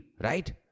right